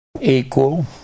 equal